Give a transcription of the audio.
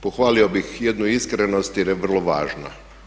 Pohvalio bih jednu iskrenost jer je vrlo važna.